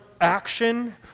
action